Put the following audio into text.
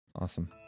Awesome